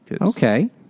okay